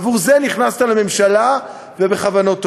בעבור זה נכנסת לממשלה, ובכוונות טובות.